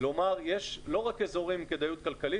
לומר שיש לא רק אזורים עם כדאיות כלכלית